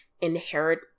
inherit